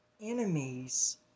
enemies